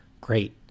great